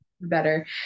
better